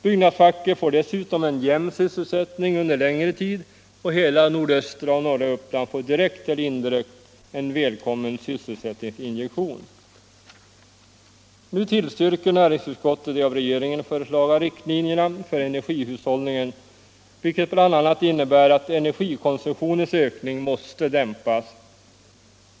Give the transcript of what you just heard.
Byggnadsfacket får dessutom en jämn sysselsättning under längre tid, och hela nordöstra och norra Uppland får direkt eller indirekt en välkommen sysselsättningsinjektion. Nu tillstyrker näringsutskottet de av regeringen föreslagna riktlinjerna för energihushållning, vilket bl.a. innebär att energikonsumtionens ökning måste dämpas.